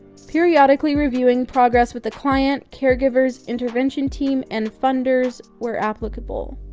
periodically reviewing progress with the client, caregivers, intervention team, and funders where applicable.